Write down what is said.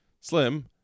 Slim